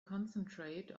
concentrate